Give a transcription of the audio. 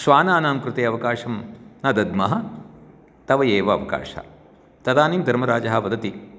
श्वानानां कृते अवकाशं न दद्मः तव एव अवकाशः तदानीं धर्मराजः वदति